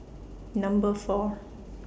Number four